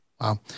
Wow